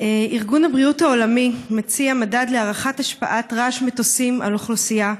ארגון הבריאות העולמי מציע מדד להערכת השפעת רעש מטוסים על אוכלוסייה,